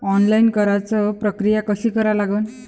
Online कराच प्रक्रिया कशी करा लागन?